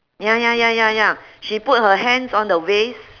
ya ya ya ya ya she put her hands on the waist